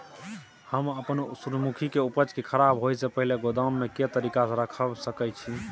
हम अपन सूर्यमुखी के उपज के खराब होयसे पहिले गोदाम में के तरीका से रयख सके छी?